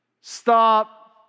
stop